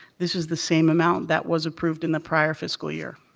this is the same amount that was approved in the prior fiscal year.